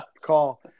call